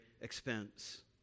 expense